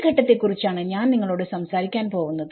ഈ ഘട്ടത്തെ കുറിച്ചാണ് ഞാൻ നിങ്ങളോട് സംസാരിക്കാൻ പോവുന്നത്